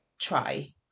try